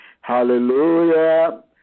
Hallelujah